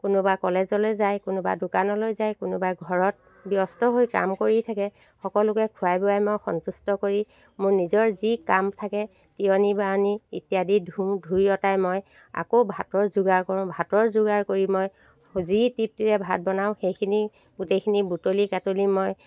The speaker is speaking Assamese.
কোনোবা কলেজলৈ যায় কোনোবা দোকানলৈ যায় কোনোবা ঘৰত ব্যস্ত হৈ কাম কৰি থাকে সকলোকে খোৱাই বোৱাই মই সন্তুষ্ট কৰি মোৰ নিজৰ যি কাম থাকে তিয়নী বাৱনী ইত্যাদি ধোওঁ ধুই অতাই মই আকৌ ভাতৰ যোগাৰ কৰো ভাতৰ যোগাৰ কৰি মই যি তৃপ্তিৰে ভাত বনাও সেইখিনি গোটেইখিনি বুটলি কাটলি মই